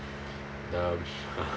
the